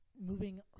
Moving